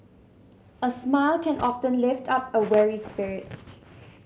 a smile can often lift up a weary spirit